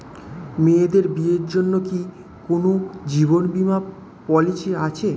মেয়েদের বিয়ের জন্য কি কোন জীবন বিমা পলিছি আছে?